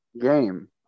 game